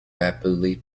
rapidly